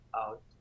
out